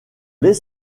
les